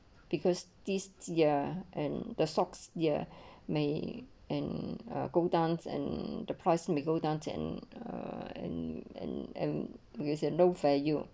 because this ya and the stocks ya there may and uh go down and the price may go down to and ah and and and because ah no value